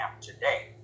today